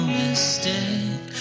mistake